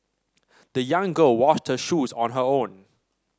the young girl washed her shoes on her own